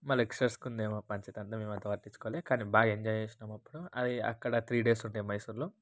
మళ్ళీ ఎక్సెస్కుందేమో పంచతార్ద మేం అంత పట్టిచ్చుకోలే కానీ బాగా ఎంజాయ్ చేసినాం అక్కడ అవి అక్కడ త్రీ డేస్ ఉండే మైసూర్లో